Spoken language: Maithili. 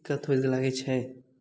फेर थोड़े देर लागैत छै